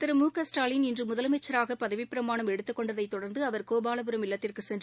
திரு மு க ஸ்டாலின் இன்று முதலமைச்சராக பதவிப் பிரமாணம் எடுத்துக் கொண்டதைத் தொடர்ந்து அவர் கோபாவபுரம் இல்லத்திற்கு சென்று